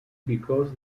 because